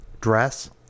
dress